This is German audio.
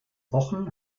wochen